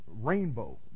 rainbow